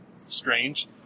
strange